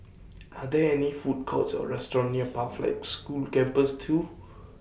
Are There any Food Courts Or restaurants near Pathlight School Campus two